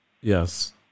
Yes